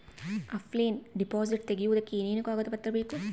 Offline deposit ತೆಗಿಯೋದಕ್ಕೆ ಏನೇನು ಕಾಗದ ಪತ್ರ ಬೇಕು?